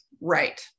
right